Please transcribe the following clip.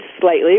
slightly